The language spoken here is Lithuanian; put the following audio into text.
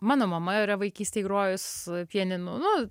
mano mama yra vaikystėj grojus pianinu nu